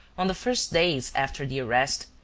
on the first days after the arrest,